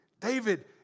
David